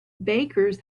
bakers